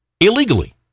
illegally